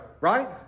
Right